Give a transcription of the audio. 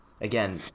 again